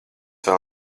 vēl